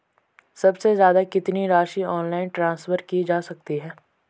सबसे ज़्यादा कितनी राशि ऑनलाइन ट्रांसफर की जा सकती है?